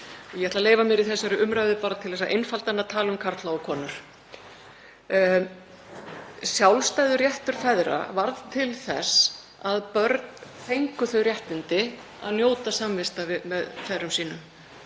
Ég ætla að leyfa mér í þessari umræðu, bara til að einfalda hana, að tala um karla og konur. Sjálfstæður réttur feðra varð til þess að börn fengu þau réttindi að njóta samvista með feðrum sínum